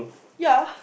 ya